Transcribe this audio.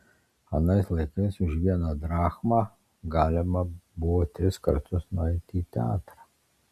anais laikais už vieną drachmą galima buvo tris kartus nueiti į teatrą